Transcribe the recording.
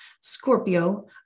Scorpio